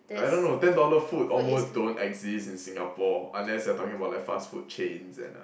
I don't know ten dollar food almost don't exist in Singapore unless you're talking about like fast food chains and uh